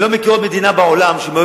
אני לא מכיר עוד מדינה בעולם שהם היו